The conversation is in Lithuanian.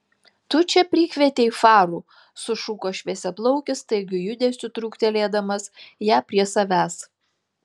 tu čia prikvietei farų sušuko šviesiaplaukis staigiu judesiu truktelėdamas ją prie savęs